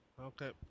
Okay